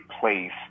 place